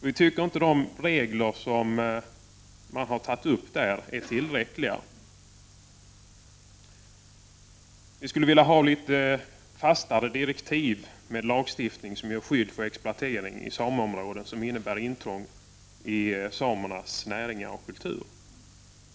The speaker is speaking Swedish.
Vi anser inte att de regler man har föreslagit i detta betänkande är tillräckliga. Vi skulle vilja ha litet fastare direktiv och en lagstiftning som ger skydd mot exploatering som sker i sameområden och som innebär intrång i samernas näringar och kultur.